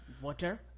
water